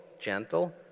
gentle